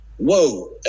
whoa